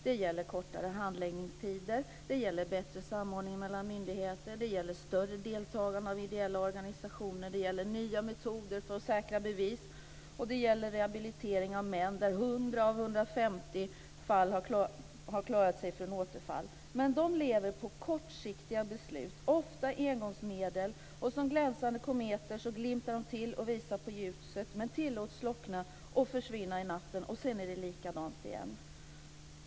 Det gäller kortare handläggningstider. Det gäller bättre samordning mellan myndigheter. Det gäller större deltagande av ideella organisationer. Det gäller nya metoder för att säkra bevis, och det gäller rehabilitering av män där 100 av 150 har klarat sig från återfall. Men dessa projekt lever på kortsiktiga beslut. Det handlar ofta om engångsmedel. Som glänsande kometer glimtar projekten till och visar på ljuset, men de tillåts slockna och försvinna i natten. Sedan är det likadant igen.